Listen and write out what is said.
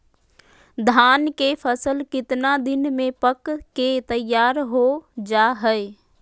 धान के फसल कितना दिन में पक के तैयार हो जा हाय?